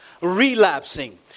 relapsing